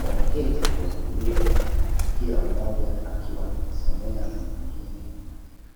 wameketi kwa utulivu kila mmoja akiwa anajisomea na wengine kuandika.